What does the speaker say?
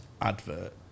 advert